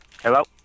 hello